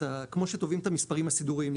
וכמו שתובעים את המספרים הסידוריים,